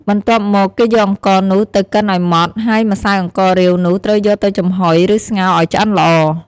បន្ទាប់មក គេយកអង្ករនោះទៅកិនឲ្យម៉ដ្ឋ ហើយម្សៅអង្កររាវនោះត្រូវយកទៅចំហុយ ឬស្ងោរឲ្យឆ្អិនល្អ។